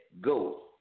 go